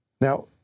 Now